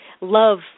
love